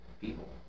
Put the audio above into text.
People